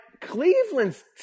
Cleveland's